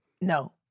No